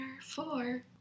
four